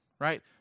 Right